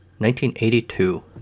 1982